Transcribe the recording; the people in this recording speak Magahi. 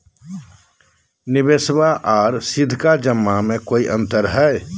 निबेसबा आर सीधका जमा मे कोइ अंतर हय?